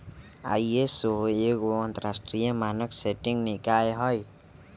ISO एगो अंतरराष्ट्रीय मानक सेटिंग निकाय हइ